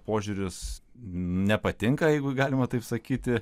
požiūris nepatinka jeigu galima taip sakyti